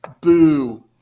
Boo